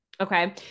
okay